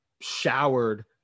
showered